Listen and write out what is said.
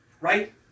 right